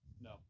no